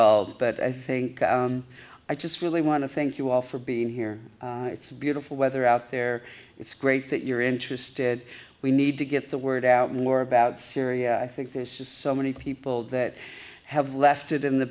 all but i think i just really want to thank you all for being here it's beautiful weather out there it's great that you're interested we need to get the word out more about syria i think this is so many people that have left it in the